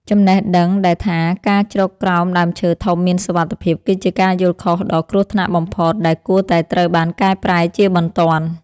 ចំណេះដឹងដែលថាការជ្រកក្រោមដើមឈើធំមានសុវត្ថិភាពគឺជាការយល់ខុសដ៏គ្រោះថ្នាក់បំផុតដែលគួរតែត្រូវបានកែប្រែជាបន្ទាន់។